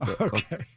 Okay